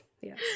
Yes